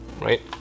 right